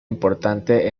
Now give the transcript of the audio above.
importante